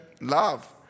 Love